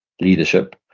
leadership